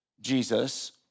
Jesus